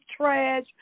trash